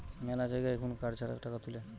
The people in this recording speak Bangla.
মেলা জায়গায় এখুন কার্ড ছাড়া টাকা তুলে